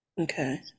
Okay